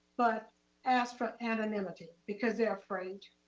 but asked for anonymity because they are afraid.